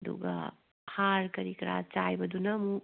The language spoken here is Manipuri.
ꯑꯗꯨꯒ ꯍꯥꯔ ꯀꯔꯤ ꯀꯔꯥ ꯆꯥꯏꯕꯗꯨꯅ ꯑꯃꯨꯛ